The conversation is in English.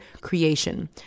creation